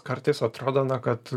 kartais atrodo na kad